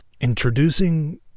Introducing